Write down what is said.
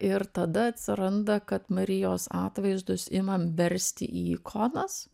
ir tada atsiranda kad marijos atvaizdus imam versti į ikonas